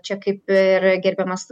čia kaip ir gerbiamas